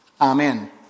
Amen